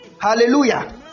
Hallelujah